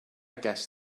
guess